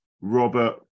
Robert